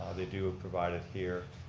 they do provide it here.